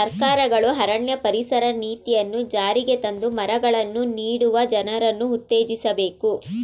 ಸರ್ಕಾರಗಳು ಅರಣ್ಯ ಪರಿಸರ ನೀತಿಯನ್ನು ಜಾರಿಗೆ ತಂದು ಮರಗಳನ್ನು ನೀಡಲು ಜನರನ್ನು ಉತ್ತೇಜಿಸಬೇಕು